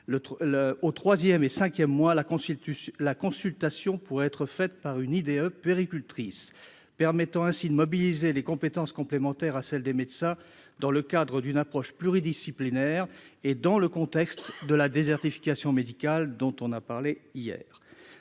au troisième et cinquième mois, la consultation pourrait être faite par une infirmière puéricultrice diplômée d'État, permettant ainsi de mobiliser des compétences complémentaires à celles des médecins dans le cadre d'une approche pluridisciplinaire, et ce dans un contexte de désertification médicale. Le présent